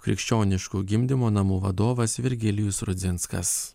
krikščioniškų gimdymo namų vadovas virgilijus rudzinskas